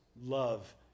love